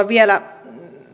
vielä